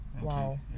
Wow